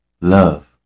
Love